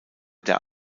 der